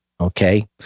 Okay